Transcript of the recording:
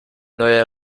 neuer